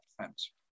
defense